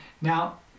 Now